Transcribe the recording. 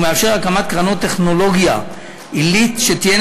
והוא מאפשר הקמת קרנות טכנולוגיה עילית שתהיינה